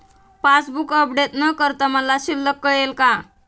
Passbook update न करता मला शिल्लक कळेल का?